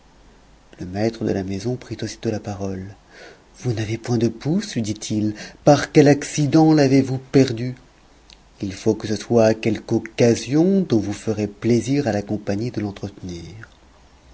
le maître de la maison prit aussitôt la parole vous n'avez point de pouce lui dit-il par quel accident l'avez-vous perdu il faut que ce soit à quelque occasion dont vous ferez plaisir à la compagnie de l'entretenir